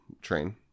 train